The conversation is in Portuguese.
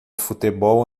futebol